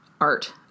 art